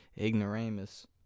Ignoramus